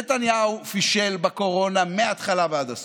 נתניהו פישל בקורונה מההתחלה ועד הסוף,